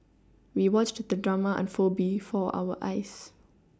we watched the drama unfold before our eyes